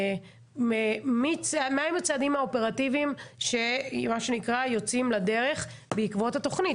מה הם הצעדים האופרטיביים שיוצאים לדרך בעקבות התוכנית.